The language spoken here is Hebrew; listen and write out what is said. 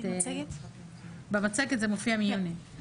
במצגת זה מופיע מיוני.